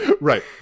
Right